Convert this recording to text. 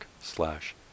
slash